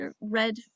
red